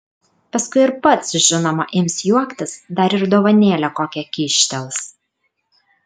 paskui ir pats žinoma ims juoktis dar ir dovanėlę kokią kyštels